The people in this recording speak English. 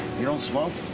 you don't smoke?